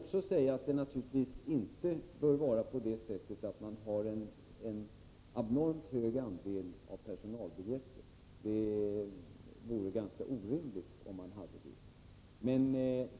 Operan bör naturligtvis inte heller ha en abnormt stor andel personalbiljetter. Det vore inte rimligt om man hade det.